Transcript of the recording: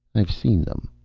i've seen them.